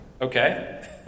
Okay